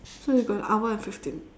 so we got an hour and fifteen